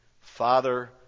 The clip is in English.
Father